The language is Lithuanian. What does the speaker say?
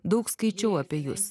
daug skaičiau apie jus